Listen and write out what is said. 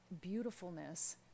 beautifulness